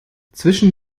zwischen